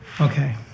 Okay